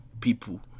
people